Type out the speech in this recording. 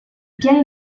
piani